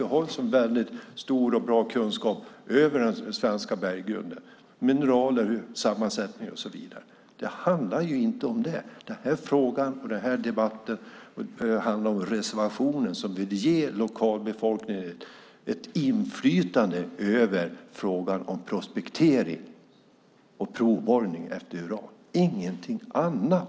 Det gör att vi har en bra kunskap om den svenska berggrunden, mineralerna, sammansättningen och så vidare. Det här handlar ju inte om det. Den här frågan och den här debatten handlar om reservationen, där vi vill ge lokalbefolkningen ett inflytande över frågan om prospektering och provborrning efter uran, ingenting annat.